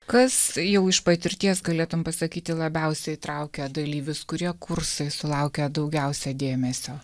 kas jau iš patirties galėtum pasakyti labiausiai įtraukia dalyvius kurie kursai sulaukia daugiausia dėmesio